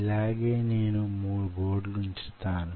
ఇలాగే నేను మూడు బోర్డు లు ఉంచుతాను